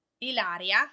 Ilaria